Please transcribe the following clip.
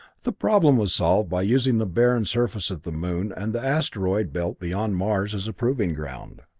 the problem was solved by using the barren surface of the moon and the asteroid belt beyond mars as a proving ground.